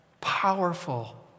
powerful